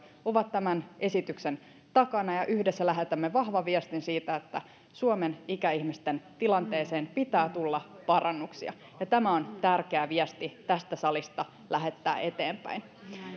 ovat tämän esityksen takana ja yhdessä lähetämme vahvan viestin siitä että suomen ikäihmisten tilanteeseen pitää tulla parannuksia tämä on tärkeä viesti tästä salista lähettää eteenpäin